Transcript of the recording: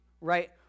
right